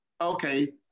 Okay